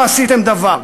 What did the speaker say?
לא עשיתם דבר.